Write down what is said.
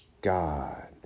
God